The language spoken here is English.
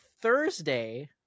Thursday